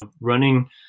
running